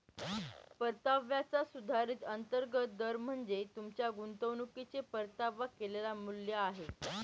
परताव्याचा सुधारित अंतर्गत दर म्हणजे तुमच्या गुंतवणुकीचे परतावा केलेले मूल्य आहे